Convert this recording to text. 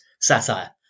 satire